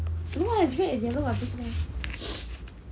no lah it's red and yellow 不是 meh